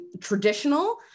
traditional